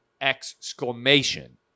exclamation